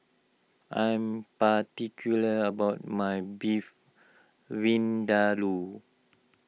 I am particular about my Beef Vindaloo